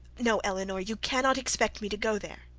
no, elinor, you cannot expect me to go there.